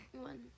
One